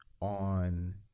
on